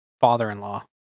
father-in-law